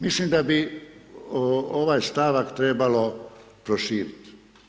Mislim da bi ovaj stavak trebalo proširi.